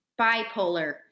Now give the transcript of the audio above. bipolar